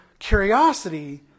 Curiosity